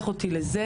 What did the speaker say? לוקח אותי לזה